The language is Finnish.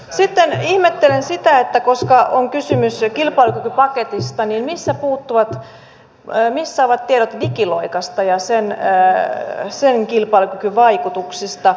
sitten ihmettelen sitä koska on kysymys kilpailukykypaketista missä ovat tiedot digiloikasta ja sen kilpailukykyvaikutuksista